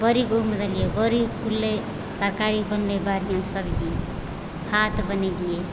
बड़ीके ओहिमे देलियै बड़ी फुललै तरकारी बनलै बढ़िआँ सब्जी भात बनेलियै